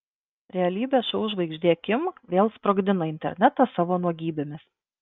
realybės šou žvaigždė kim vėl sprogdina internetą savo nuogybėmis